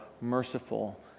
merciful